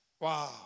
Wow